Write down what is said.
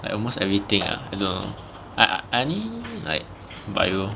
like almost everything lah I don't know like I only like bio